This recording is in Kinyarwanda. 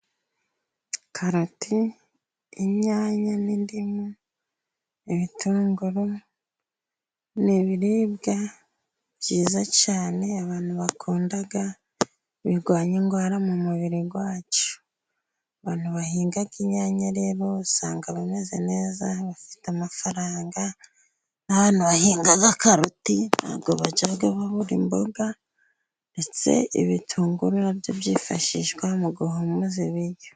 Karoti, inyanya n'indimu ibitunguru ni ibiribwa byiza cyane, abantu bakunda birwanya indwara mu mubiri wacu abantu bahinga inyanya rero usanga bameze neza, bafite amafaranga n'abantu bahinga karoti ntabwo bajya babura imboga, ndetse ibitunguru nabyo byifashishwa mu guhumuza ibiryo.